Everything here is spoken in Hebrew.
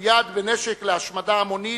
המצויד בנשק להשמדה המונית,